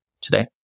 today